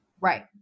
right